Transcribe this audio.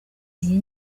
iyi